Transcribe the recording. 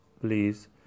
please